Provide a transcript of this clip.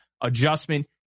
adjustment